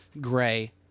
Gray—